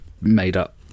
made-up